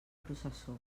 processó